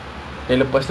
oh